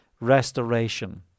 restoration